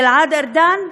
גלעד ארדן,